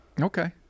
Okay